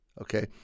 Okay